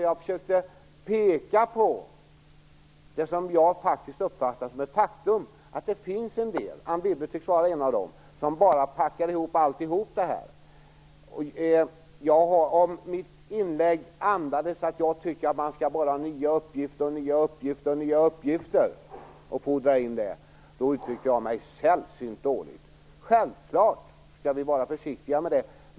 Jag försökte peka på det som jag uppfattade som ett faktum, nämligen att det finns en del - Anne Wibble tycks vara en av dem - som bara packar ihop allt detta. Om mitt inlägg andades att jag tycker att man bara skall begära in nya uppgifter hela tiden, uttryckte jag mig sällsynt dåligt. Vi skall självfallet vara försiktiga med det.